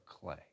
clay